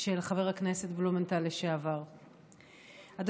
של חבר הכנסת לשעבר בלומנטל.